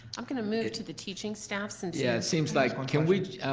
i'm gonna move to the teaching staff, since yeah, it seems like. can we,